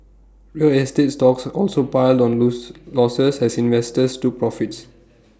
real estate stocks also piled on loss losses as investors took profits